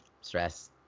stress